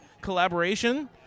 collaboration